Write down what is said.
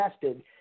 tested